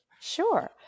Sure